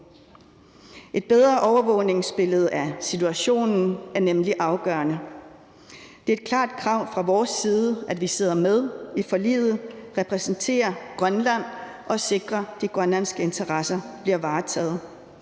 Et bedre overvågningsbillede af situationen er nemlig afgørende. Det er et klart krav fra vores side, at vi sidder med i forliget, repræsenterer Grønland og sikrer, at de grønlandske interesser bliver varetaget.